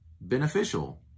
beneficial